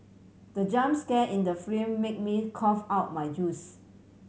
the jump scare in the film made me cough out my juice